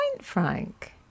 Frank